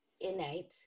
innate